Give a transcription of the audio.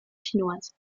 chinoises